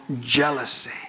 jealousy